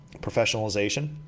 professionalization